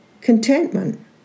contentment